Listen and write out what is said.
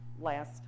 last